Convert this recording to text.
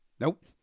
nope